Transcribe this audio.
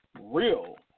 real